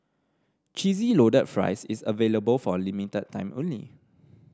Cheesy Loaded Fries is available for a limited time only